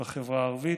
בחברה הערבית,